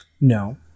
No